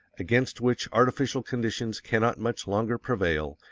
against which artificial conditions cannot much longer prevail,